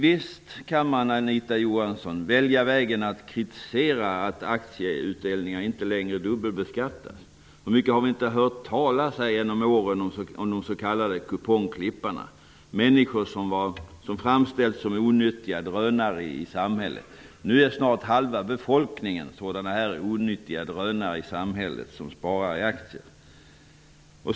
Visst kan man, Anita Johansson, välja att kritisera att aktieutdelningar inte längre dubbelbeskattas. Hur mycket har vi inte genom åren hört talas om de s.k. kupongklipparna, människor som framställs som onyttiga drönare i samhället. Nu är snart halva befolkningen sådana onyttiga drönare i samhället som sparar i aktier!